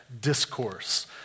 discourse